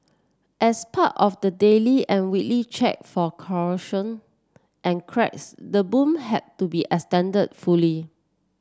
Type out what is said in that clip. as part of the daily and weekly check for corrosion and cracks the boom had to be extended fully